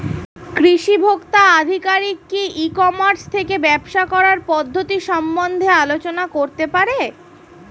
কৃষি ভোক্তা আধিকারিক কি ই কর্মাস থেকে ব্যবসা করার পদ্ধতি সম্বন্ধে আলোচনা করতে পারে?